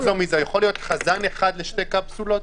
אבל גם ברחוב אי-אפשר קפסולות.